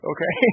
Okay